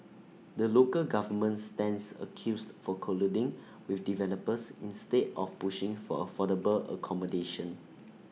the local government stands accused for colluding with developers instead of pushing for affordable accommodation